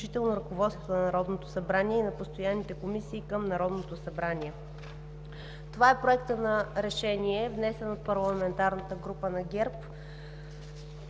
ръководствата на Народното събрание и на постоянните комисии към Народното събрание.“ Това е Проектът на решение, внесен от парламентарната група на ГЕРБ